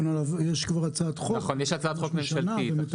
יש הצעת חוק ממשלתית.